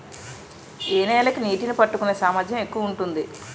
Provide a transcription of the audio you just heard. ఏ నేల కి నీటినీ పట్టుకునే సామర్థ్యం ఎక్కువ ఉంటుంది?